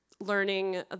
learning